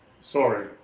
sorry